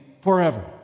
forever